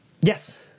Yes